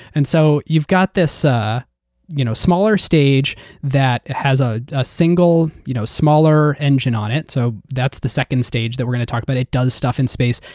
and so you've got this ah you know smaller stage that has a ah single you know smaller engine on it. so that's the second stage that we're going to talk about. but it does stuff in space.